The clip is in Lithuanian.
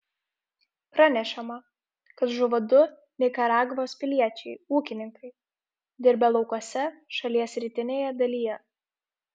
pranešama kad žuvo du nikaragvos piliečiai ūkininkai dirbę laukuose šalies rytinėje dalyje